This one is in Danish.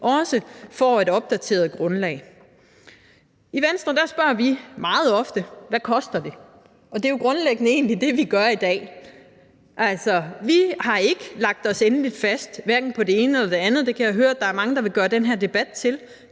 får et opdateret grundlag. I Venstre spørger vi meget ofte: Hvad koster det? Og det er jo egentlig grundlæggende det, vi gør i dag. Altså, vi har ikke lagt os endeligt fast hverken på det ene eller det andet – det kan jeg høre at der er mange der vil gøre den her debat til.